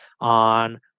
on